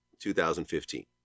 2015